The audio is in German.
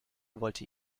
wollte